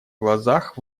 глазах